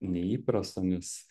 neįprasto nes